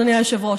אדוני היושב-ראש,